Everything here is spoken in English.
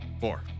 Four